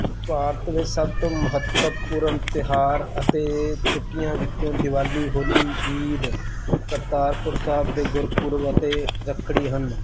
ਭਾਰਤ ਵਿੱਚ ਸਭ ਤੋਂ ਮਹੱਤਵਪੂਰਨ ਤਿਉਹਾਰ ਅਤੇ ਛੁੱਟੀਆਂ ਵਿੱਚੋਂ ਦੀਵਾਲੀ ਹੋਲੀ ਈਦ ਕਰਤਾਰਪੁਰ ਸਾਹਿਬ ਦੇ ਗੁਰਪੁਰਬ ਅਤੇ ਰੱਖੜੀ ਹਨ